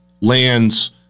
Lands